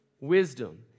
wisdom